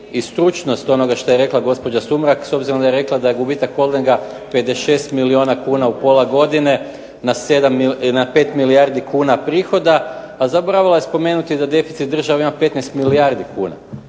i stručnost onoga što je rekla gospođa Sumrak, s obzirom da je rekla da je gubitak Holdinga 56 milijuna kuna u pola godine, na 5 milijardi kuna prihoda, a zaboravila je spomenuti da deficit države ima 15 milijardi kuna.